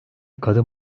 kadın